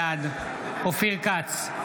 בעד אופיר כץ,